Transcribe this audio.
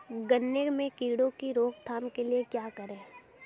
गन्ने में कीड़ों की रोक थाम के लिये क्या करें?